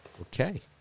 Okay